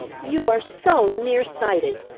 you are so near-sighted!